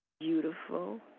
beautiful